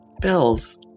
Bills